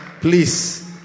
please